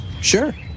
Sure